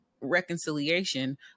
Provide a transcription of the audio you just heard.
reconciliation